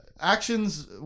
Actions